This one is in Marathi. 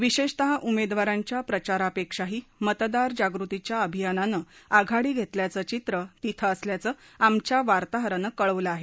विशेषतः उमेदवारांच्या प्रचारापेक्षाही मतदार जागृतीच्या अभियानानं आघाडी घेतल्याचं चित्र तिथं असल्याचं आमच्या वार्ताहरानं कळवलं आहे